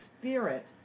spirit